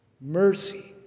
mercy